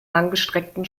langgestreckten